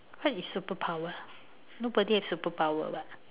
what is superpower nobody have superpower [what]